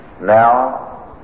Now